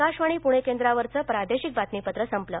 आकाशवाणी पणे केंद्रावरचं प्रादेशिक बातमीपत्र संपलं